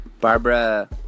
Barbara